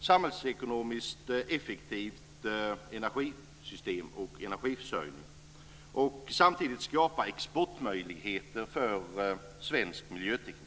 samhällsekonomiskt effektivt energisystem och energiförsörjning och samtidigt skapa exportmöjligheter för svensk miljöteknik.